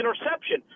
interception